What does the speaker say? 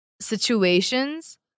situations